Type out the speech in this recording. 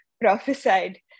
prophesied